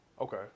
Okay